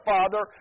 Father